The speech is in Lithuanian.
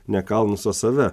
ne kalnus o save